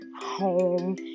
home